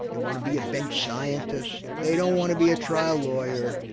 they want to be a bench scientist, they don't want to be a trial lawyer,